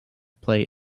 play